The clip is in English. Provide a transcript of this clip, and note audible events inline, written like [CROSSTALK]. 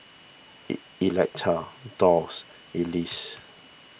[UNINTELLIGIBLE] Electa Dolls Elease